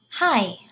Hi